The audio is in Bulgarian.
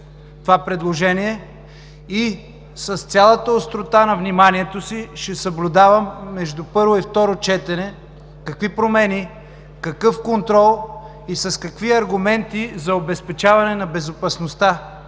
това предложение и с цялата острота на вниманието си ще съблюдавам, между първо и второ четене, какви промени, какъв контрол и какви са аргументите за обезпечаване на безопасността